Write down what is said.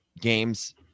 games